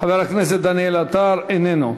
חבר הכנסת דניאל עטר איננו.